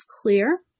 clear